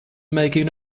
making